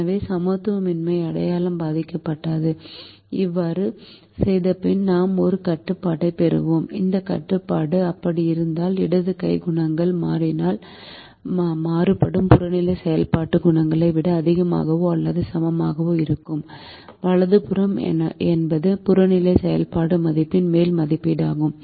எனவே சமத்துவமின்மை அடையாளம் பாதிக்கப்படாது அவ்வாறு செய்தபின் நாம் ஒரு கட்டுப்பாட்டைப் பெறுவோம் அந்தக் கட்டுப்பாடு அப்படி இருந்தால் இடது கை குணகங்கள் மாறினால் மாறுபடும் புறநிலை செயல்பாடு குணகங்களை விட அதிகமாகவோ அல்லது சமமாகவோ இருக்கும் வலது புறம் என்பது புறநிலை செயல்பாடு மதிப்பின் மேல் மதிப்பீடாகும்